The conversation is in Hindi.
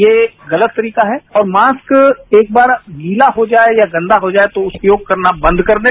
ये गलत तरीका है और मास्क एक बार गीला हो जाए या गंदा हो जाए तो उपयोग करना बंद कर दें